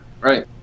right